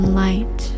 light